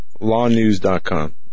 lawnews.com